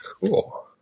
Cool